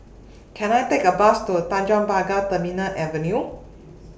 Can I Take A Bus to Tanjong Pagar Terminal Avenue